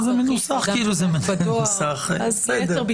הזכרתם